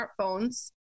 smartphones